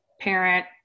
parent